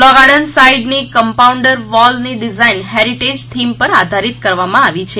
લો Garden સાઇડની compounder વોલની design heritage theme પર આધારિત કરવામાં આવી છે